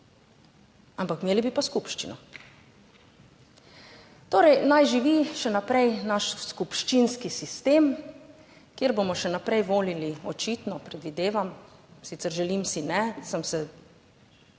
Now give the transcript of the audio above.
ampak imeli bi pa skupščino, torej naj živi še naprej naš skupščinski sistem, kjer bomo še naprej volili - očitno, predvidevam, sicer želim si ne, sem se